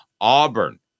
Auburn